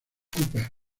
cooper